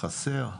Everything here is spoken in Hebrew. חסר?